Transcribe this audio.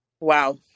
Wow